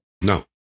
No